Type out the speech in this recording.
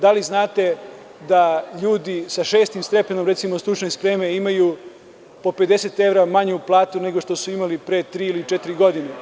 Da li znate da ljudi sa šestim stepenom, recimo, stručne spreme imaju 50 evra manju platu nego što su imali pre tri ili četiri godine?